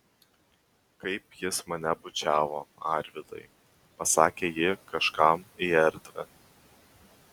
kaip jis mane bučiavo arvydai pasakė ji kažkam į erdvę